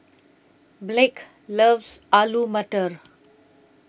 Blake loves Alu Matar